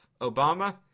obama